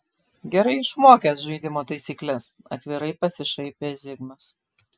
gerai išmokęs žaidimo taisykles atvirai pasišaipė zigmas